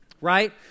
right